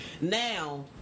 Now